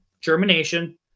germination